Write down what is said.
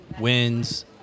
wins